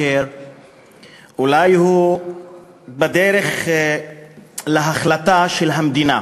אולי הוא בדרך להחלטה של המדינה,